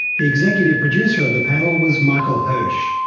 the executive producer of the panel was michael hirsh.